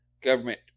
government